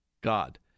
God